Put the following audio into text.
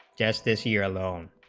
test this year alone